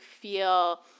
feel